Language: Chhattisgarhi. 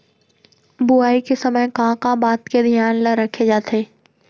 बुआई के समय का का बात के धियान ल रखे जाथे?